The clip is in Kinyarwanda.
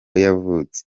yavutse